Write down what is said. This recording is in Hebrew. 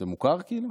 זה מוכר, כאילו?